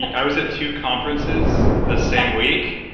i was at two conferences the same week.